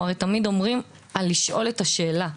אנחנו תמיד אומרים לשאול את השאלה,